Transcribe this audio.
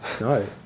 No